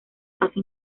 fase